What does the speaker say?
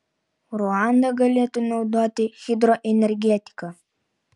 ruanda galėtų naudoti hidroenergetiką